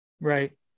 Right